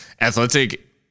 athletic